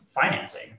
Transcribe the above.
financing